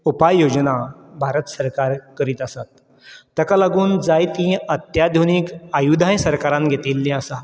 उपाय योजना भारत सरकार करीत आसा ताका लागून जायतीं अत्याधुनीक आयुदांय सरकारान घेतिल्लीं आसा